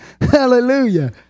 Hallelujah